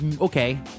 Okay